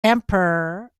emperor